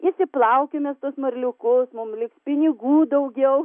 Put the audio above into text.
išsiplaukime marliukus mum liks pinigų daugiau